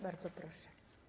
Bardzo proszę.